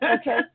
Okay